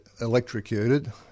electrocuted